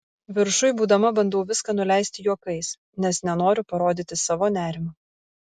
viršuj būdama bandau viską nuleisti juokais nes nenoriu parodyti savo nerimo